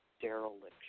dereliction